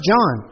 John